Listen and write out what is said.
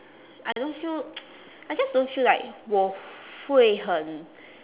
I don't feel I just don't feel like 我会很